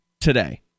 today